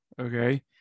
okay